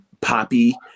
poppy